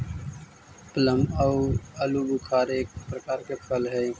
plum आउ आलूबुखारा एक प्रकार के फल हई